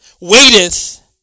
waiteth